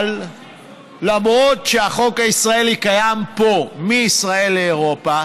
למרות שהחוק הישראלי קיים פה מישראל לאירופה,